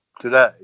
today